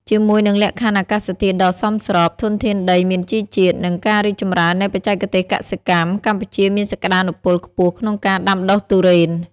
ជាមួយនឹងលក្ខខណ្ឌអាកាសធាតុដ៏សមស្រប ធនធានដីមានជីជាតិ និងការរីកចម្រើននៃបច្ចេកទេសកសិកម្ម កម្ពុជាមានសក្ដានុពលខ្ពស់ក្នុងការដាំដុះទុរេន។